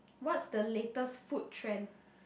what's the latest food trend